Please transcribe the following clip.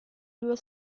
due